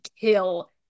kill